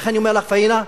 לכן, אני אומר לך, פאינה,